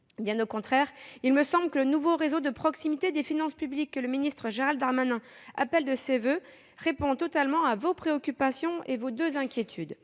Bien au contraire, il me semble que le nouveau réseau de proximité des finances publiques que le ministre Gérald Darmanin appelle de ses voeux répond totalement à vos préoccupations et à vos deux inquiétudes.